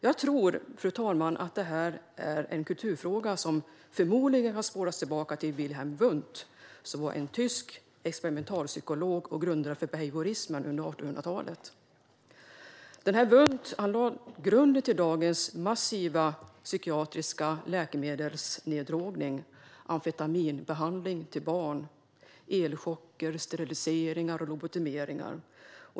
Jag tror, fru talman, att det här är en kulturfråga som förmodligen kan spåras tillbaka till den tyske experimentalpsykologen Wilhelm Wundt, grundare av behaviorismen under 1800-talet. Denne Wundt lade grunden till dagens massiva psykiatriska läkemedelsneddrogning, amfetaminbehandling av barn, elchocker, steriliseringar och lobotomeringar.